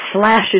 slashes